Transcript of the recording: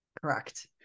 Correct